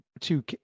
two